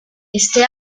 este